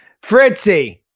Fritzy